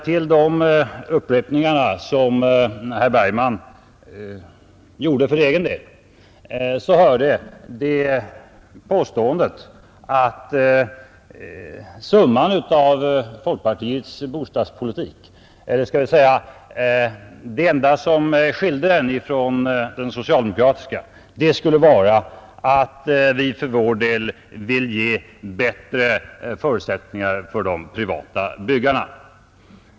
Till de upprepningar som herr Bergman gjorde för egen del hörde påståendet att det enda som skilde folkpartiets bostadspolitik ifrån den socialdemokratiska skulle vara att vi för vår del vill ge bättre villkor för de privata byggarna.